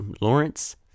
Lawrence